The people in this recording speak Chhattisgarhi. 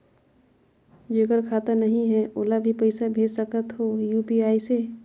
जेकर खाता नहीं है ओला भी पइसा भेज सकत हो यू.पी.आई से?